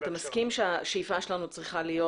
אתה מסכים שהשאיפה שלנו צריכה להיות